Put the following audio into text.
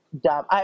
dumb